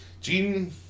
Gene